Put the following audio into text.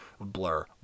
Blur